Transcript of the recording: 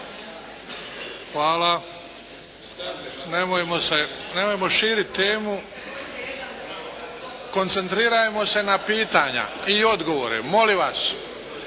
se, nemojmo širiti temu, koncentrirajmo se na pitanja i odgovore, molim vas,